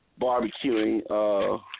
barbecuing